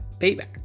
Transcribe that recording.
payback